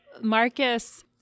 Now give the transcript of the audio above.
Marcus